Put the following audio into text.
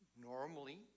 Normally